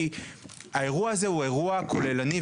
כי האירוע הזה הוא אירוע כוללני,